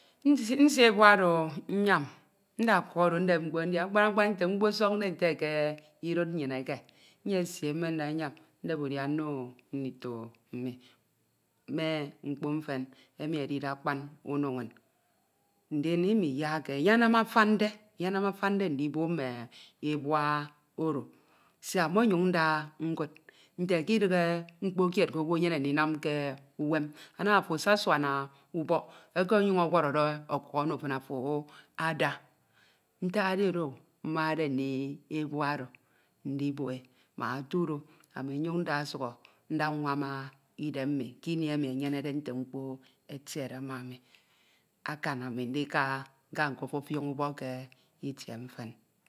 ini emi nko ami mmoenduhọ̀ enye odu ndikpeme owu eke ekededi ke itie nduñ mmi ndidi ndinam idiọk mkpo ebua oro imiyakke yak enye ọduk iyebinne e me idiọk unam ọduk edi iyebine mmo isi ntak mfen edi oro emi ami nnimde ebua oro mbak otu do ekpeme ufọk ono nñ mfen afiak edi ebua oro nkeme mbok ebua oro ebua oro ikpon ami nyenyam a ebua oro nda ndep mkpo mfen nnim ke ufọk mfen edi kini emi enye amande eyin kpukpru ndito ebua oro emi enye imande ọkpọ̀suk edi oro ibiadtde udia emi ami mbiadde ke ntak uwak mmo edi nsuk mbobok mmo nnim mme ndito oro enye imande ami nko nyenyam nda ndep mme mkpo mfen iynwam min ke ọkuk nyam mmo nda ọkuk oro mmen nda nnam mkpo mfen emi anwamde min ke esid ufọk. Efen emi mmade ebua oro edi ini emi mmenyenke iyak do unam k'ufọk ndida nda nnam udia ndia, nyesi ebua kied ko